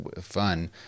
fun